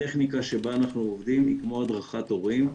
הטכניקה שבה אנחנו עובדים היא כמו הדרכת הורים,